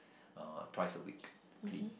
uh twice a week to clean